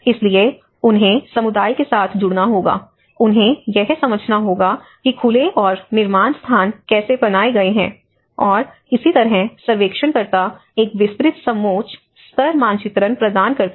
इसलिए उन्हें समुदाय के साथ जुड़ना होगा उन्हें यह समझना होगा कि खुले और निर्माण स्थान कैसे बनाए गए हैं और इसी तरह सर्वेक्षणकर्ता एक विस्तृत समोच्च स्तर मानचित्रण प्रदान करते हैं